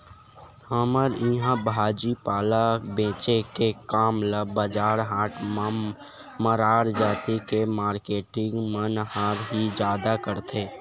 हमर इहाँ भाजी पाला बेंचे के काम ल बजार हाट म मरार जाति के मारकेटिंग मन ह ही जादा करथे